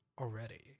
already